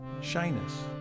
shyness